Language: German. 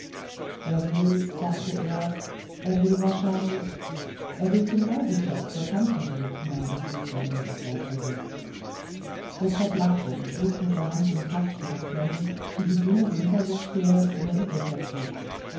er will sagte er er will wahrscheinlich er will zum loisitschek zur tanzmusik nahm ihm vrieslander das wort vorweg prokop lachte und schlug mit der hand den takt zu den klängen die die dünne winterluft her über die dächer trug